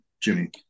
Jimmy